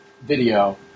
video